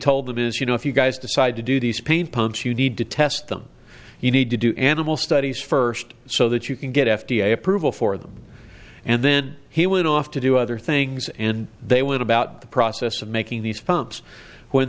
told them is you know if you guys decide to do these pain pumps you need to test them you need to do animal studies first so that you can get f d a approval for them and then he would off to do other things and they would about the process of making these pumps whe